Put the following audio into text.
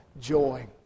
joy